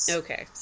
okay